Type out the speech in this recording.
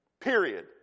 Period